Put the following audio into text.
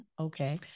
Okay